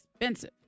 expensive